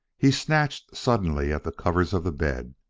he snatched suddenly at the covers of the bed.